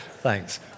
Thanks